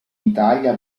italia